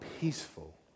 peaceful